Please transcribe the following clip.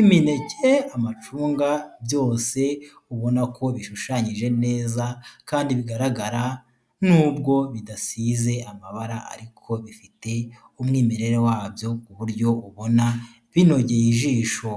imineke, amacunga byose ubona ko bishushanyije neza kandi bigaragara. Nubwo bidasize amabara ariko bifite umwimere wabyo ku buryo ubona binogeye ijisho.